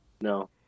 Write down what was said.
No